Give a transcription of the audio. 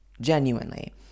Genuinely